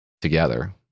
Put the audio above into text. together